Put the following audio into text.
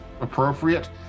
appropriate